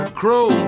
crow